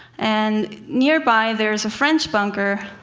and nearby there's a french bunker,